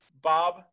Bob